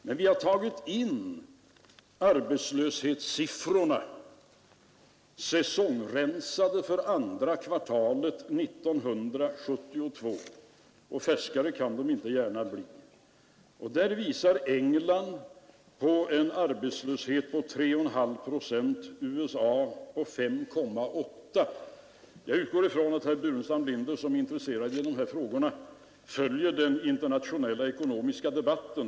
Men vi har tagit in arbetslöshetssiffrorna, säsongrensade för andra kvartalet 1972 — och färskare kan det inte gärna bli. Där visar England på en arbetslöshet på 3,5 procent och USA på 5,8 procent. Jag utgår ifrån att herr Burenstam Linder, som är intresserad av de här frågorna, följer den internationella ekonomiska debatten.